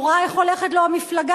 הוא ראה איך הולכת לו המפלגה,